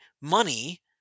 money